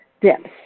dips